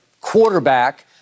quarterback